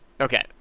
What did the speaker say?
Okay